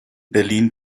berlin